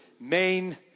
main